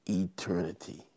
eternity